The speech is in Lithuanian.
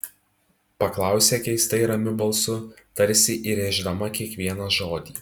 paklausė keistai ramiu balsu tarsi įrėždama kiekvieną žodį